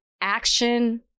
action